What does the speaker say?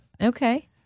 Okay